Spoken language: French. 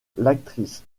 l’actrice